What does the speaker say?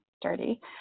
dirty